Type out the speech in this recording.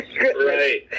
right